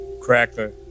cracker